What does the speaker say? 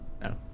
No